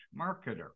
marketer